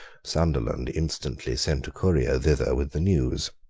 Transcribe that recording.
sunderland instantly sent a courier thither with the news.